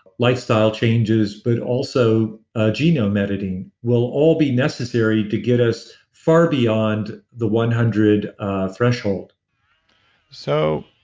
lifestyle changes, but also ah genome editing will all be necessary to get us far beyond the one hundred threshold so